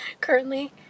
currently